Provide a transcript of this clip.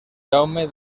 jaume